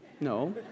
No